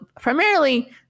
primarily